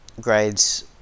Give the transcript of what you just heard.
grades